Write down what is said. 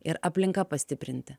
ir aplinka pastiprinti